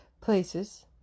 places